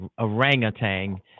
orangutan